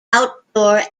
outdoor